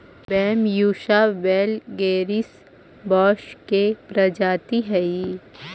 Bambusa वैलगेरिस बाँस के प्रजाति हइ